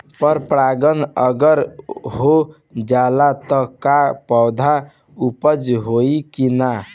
पर परागण अगर हो जाला त का पौधा उपज होई की ना?